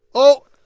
oh,